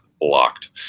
blocked